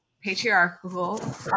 patriarchal